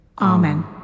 Amen